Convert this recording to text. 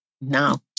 now